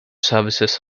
services